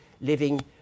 living